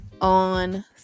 on